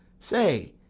say,